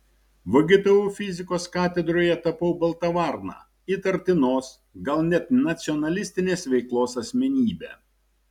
vgtu fizikos katedroje tapau balta varna įtartinos gal net nacionalistinės veiklos asmenybe